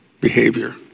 behavior